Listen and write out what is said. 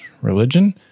religion